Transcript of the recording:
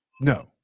No